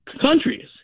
countries